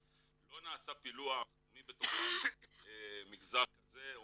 לא נעשה פילוח מי מתוכם מגזר כזה או